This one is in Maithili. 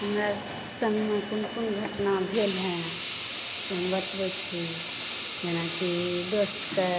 हमरा सङ्गमे कोन कोन घटना भेल हेँ से बतबैत छी जेनाकि दोस्तकेँ